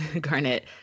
garnet